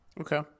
okay